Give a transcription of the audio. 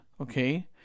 okay